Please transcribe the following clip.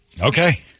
Okay